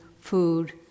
food